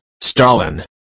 Stalin